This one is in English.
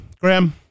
Graham